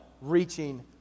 reaching